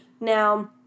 now